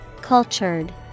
Cultured